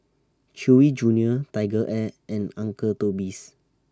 Chewy Junior TigerAir and Uncle Toby's